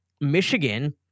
Michigan